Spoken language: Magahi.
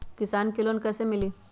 किसान के लोन कैसे मिली?